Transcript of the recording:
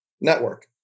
network